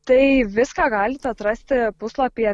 tai viską galit atrasti puslapyje